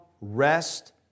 rest